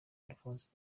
alphonse